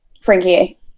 Frankie